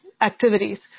activities